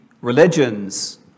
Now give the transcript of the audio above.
religions